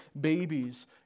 babies